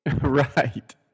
Right